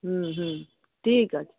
হুম হুম ঠিক আছে